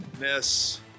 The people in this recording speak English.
Miss